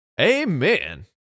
Amen